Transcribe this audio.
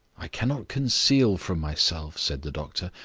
i cannot conceal from myself, said the doctor,